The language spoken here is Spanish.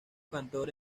cantor